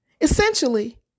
Essentially